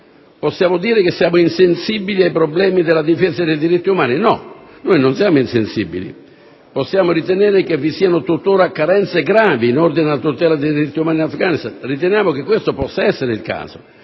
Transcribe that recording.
Possiamo dire che siamo insensibili ai problemi della difesa dei diritti umani? No, non siamo insensibili. Possiamo ritenere che vi siano tuttora carenze gravi in ordine alla tutela dei diritti umani in Afghanistan? Riteniamo che questo possa essere il caso